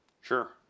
Sure